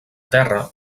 terra